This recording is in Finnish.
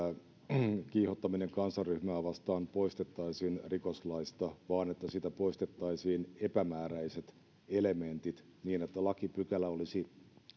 kiihottaminen kansanryhmää vastaan poistettaisiin rikoslaista vaan että siitä poistettaisiin epämääräiset elementit niin että lakipykälä olisi